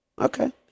Okay